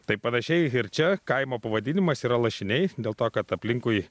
tai panašiai ir čia kaimo pavadinimas yra lašiniai dėl to kad aplinkui